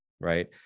right